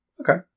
Okay